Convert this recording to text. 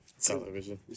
Television